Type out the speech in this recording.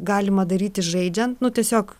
galima daryti žaidžiant nu tiesiog